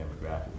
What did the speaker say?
demographic